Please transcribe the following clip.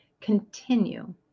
continue